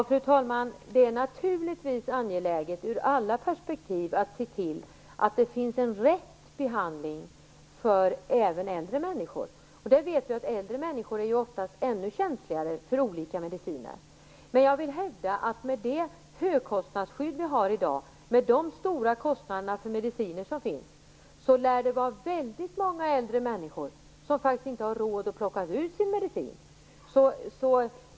Fru talman! Det är naturligtvis angeläget ur alla perspektiv att se till att det finns en rätt behandling för även äldre människor. Vi vet ju att äldre människor oftast är mycket känsliga för olika mediciner. Jag vill hävda att det, med det högkostnadsskydd som vi har och de stora kostnader för mediciner som finns, lär vara väldigt många äldre människor som faktiskt inte har råd att hämta ut sin medicin.